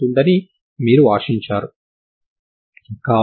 ఈ సమస్యకు శక్తి ఏమిటి